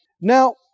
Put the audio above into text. Now